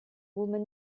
woman